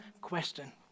question